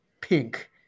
pink